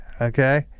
okay